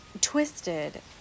twisted